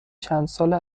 چندسال